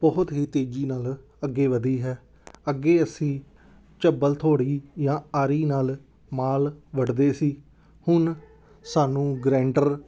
ਬਹੁਤ ਹੀ ਤੇਜ਼ੀ ਨਾਲ ਅੱਗੇ ਵਧੀ ਹੈ ਅੱਗੇ ਅਸੀਂ ਝੱਬਲ ਹਥੋੜੀ ਜਾਂ ਆਰੀ ਨਾਲ ਮਾਲ ਵੱਢਦੇ ਸੀ ਹੁਣ ਸਾਨੂੰ ਗਰੈਂਡਰ